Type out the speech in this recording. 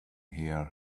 hair